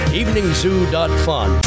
eveningzoo.fun